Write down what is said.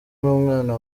numwana